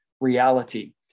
reality